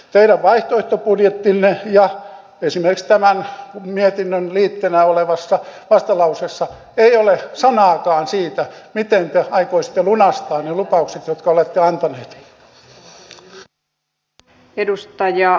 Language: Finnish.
teidän vaihtoehtobudjetissanne ja esimerkiksi tämän mietinnön liitteenä olevassa vastalauseessa ei ole sanaakaan siitä miten te aikoisitte lunastaa ne lupaukset jotka olette antaneet